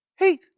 Hey